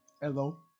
Hello